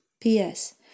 P.S